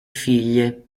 figlie